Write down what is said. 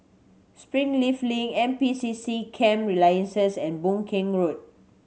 Springleaf Link N P C C Camp Resilience and Boon Keng Road